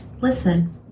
Listen